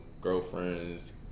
girlfriends